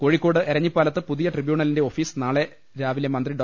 കോഴിക്കോട് എരഞ്ഞിപ്പാലത്ത് പുതിയ ട്രിബ്യൂണലിന്റെ ഓഫീസ് നാളെ രാവിലെ മന്ത്രി ഡോ